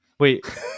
Wait